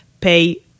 pay